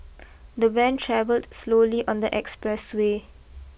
the van travelled slowly on the express way